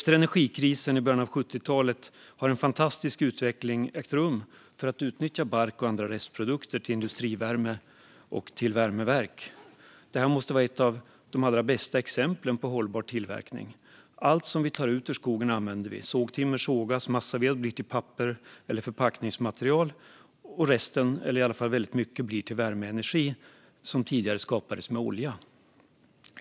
Efter energikrisen i början av 70-talet har en fantastisk utveckling ägt rum för att utnyttja bark och andra restprodukter till industrivärme och värmeverk. Detta måste vara ett av de allra bästa exemplen på hållbar tillverkning. Allt som vi tar ut ur skogen används - sågtimmer sågas, massaved blir till papper eller förpackningsmaterial och resten, i alla fall väldigt mycket, blir till värmeenergi som tidigare skapades med olja.